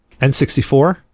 N64